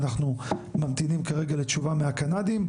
אנחנו ממתינים לתשובה כרגע מהקנדים,